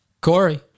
Corey